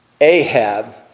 Ahab